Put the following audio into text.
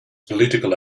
political